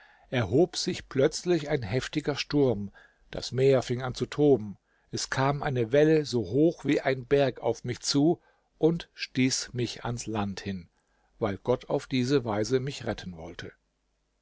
erhob sich plötzlich ein heftiger sturm das meer fing an zu toben es kam eine welle so hoch wie ein berg auf mich zu und stieß mich ans land hin weil gott auf diese weise mich retten wollte